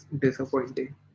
disappointing